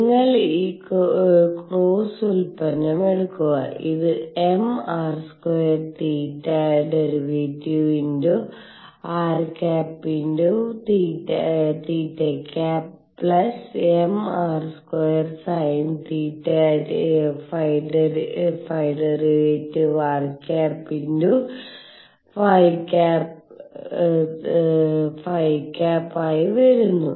നിങ്ങൾ ഈ ക്രോസ് ഉൽപ്പന്നം എടുക്കുക ഇത് mr2 θ˙ r × θ mr2 sinθ ϕ˙ r × ϕ ആയി വരുന്നു